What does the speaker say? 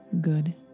good